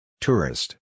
Tourist